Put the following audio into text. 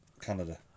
Canada